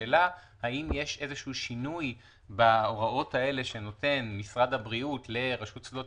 האם יש איזה שהוא שינוי בהוראות האלה שנותן משרד הבריאות לרשות שדות